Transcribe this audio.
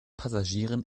passagieren